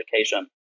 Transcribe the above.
education